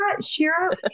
Shira